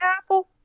Apple